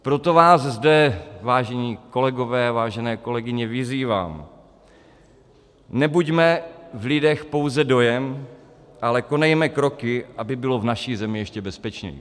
Proto vás zde, vážení kolegové, vážené kolegyně, vyzývám, nebuďme v lidech pouze dojem, ale konejme kroky, aby bylo v naší zemi ještě bezpečněji.